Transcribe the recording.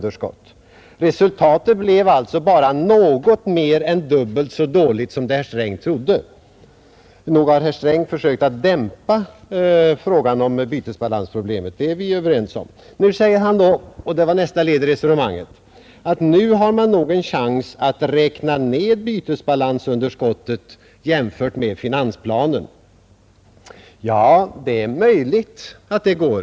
Resultatet var alltså bara något mer än dubbelt så dåligt som herr Sträng trodde. Så nog har herr Sträng försökt dämpa frågan om bytesbalansproblemet, det kan vi vara helt överens om. Men sedan sade herr Sträng, och det var nästa led i resonemanget, att nu har vi en chans att räkna ned bytesbalansunderskottet jämfört med finansplanen. Ja, det är möjligt att det går.